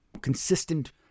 consistent